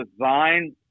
design